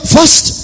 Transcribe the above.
First